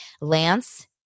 Lance